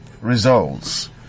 results